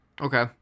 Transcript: Okay